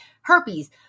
herpes